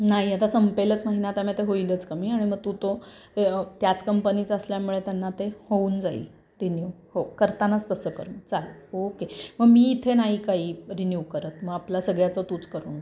नाही आता संपेलच महिन्यात आता मी ते होईलच कमी आणि मग तू तो त्याच कंपनीचं असल्यामुळे त्यांना ते होऊन जाईल रिन्यू हो करतानाच तसं करून चालेल ओके मग मी इथे नाही काही रिन्यू करत मग आपला सगळ्याचं तूच करून टाक